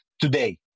today